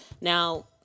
now